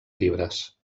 fibres